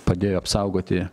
padėjo apsaugoti